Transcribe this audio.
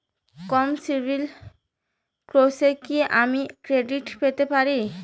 কম CIBIL স্কোরে কি আমি ক্রেডিট পেতে পারি?